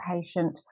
patient